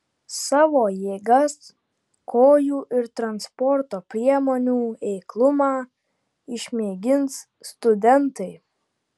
savo jėgas kojų ir transporto priemonių eiklumą išmėgins studentai